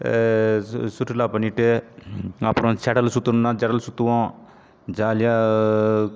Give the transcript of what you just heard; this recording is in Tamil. சு சுற்றுலா பண்ணிவிட்டு அப்புறம் செடலு சுற்றணுன்னா ஜெடல் சுற்றுவோம் ஜாலியாக